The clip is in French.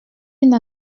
une